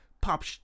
Pop